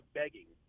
begging